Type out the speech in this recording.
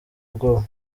ubwoba